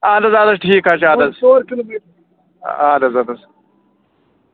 اَدٕ حظ اَدٕ حظ ٹھیٖک حظ چھُ اَدٕ حظ اَدٕ حظ اَدٕ حظ